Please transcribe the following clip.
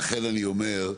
לכן אני אומר,